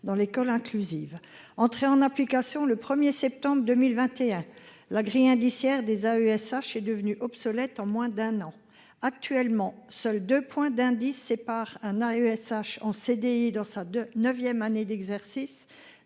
dans l'école inclusive entrer en application le 1er septembre 2021. La grille indiciaire, des AESH est devenue obsolète en moins d'un an. Actuellement seuls 2 points d'indice sépare un AESH en CDI dans sa de 9ème année d'exercice